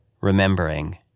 remembering